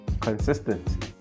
Consistent